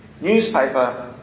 newspaper